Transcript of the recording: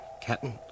Captain